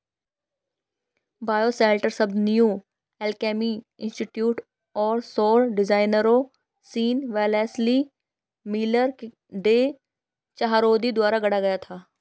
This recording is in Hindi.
बायोशेल्टर शब्द न्यू अल्केमी इंस्टीट्यूट और सौर डिजाइनरों Sean Wellesley Miller, Day Chahroudi द्वारा गढ़ा गया था